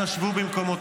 אנא שבו במקומותיכם.